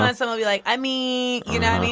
but so they'll be like, i mean you know